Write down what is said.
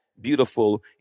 beautiful